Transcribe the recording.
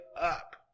up